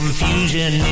Confusion